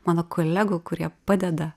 mano kolegų kurie padeda